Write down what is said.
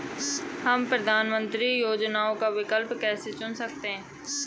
हम प्रधानमंत्री योजनाओं का विकल्प कैसे चुन सकते हैं?